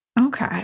Okay